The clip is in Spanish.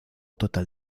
total